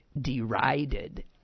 derided